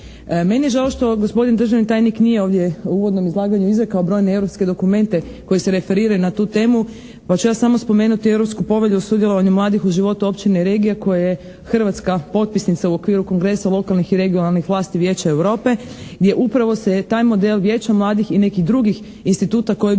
Meni je žao što gospodin državni tajnik nije ovdje u uvodnom izlaganju izrekao brojne europske dokumente koji se referiraju na tu temu pa ću ja samo spomenuti Europsku povelju o sudjelovanju mladih u životu općine i regija koje je Hrvatska potpisnica u okviru kongresa lokalnih i regionalnih vlasti Vijeća Europe gdje upravo se je taj model vijeća mladih i nekih drugih instituta koje bi